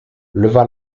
leva